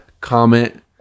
comment